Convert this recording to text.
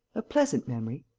a pleasant memory?